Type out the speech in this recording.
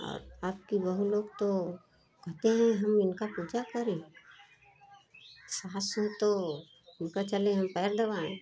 और अब कि बहू लोग तो कहते हैं हम इनका पूजा करें सास हो तो उनका चलें हम पैर दबाएँ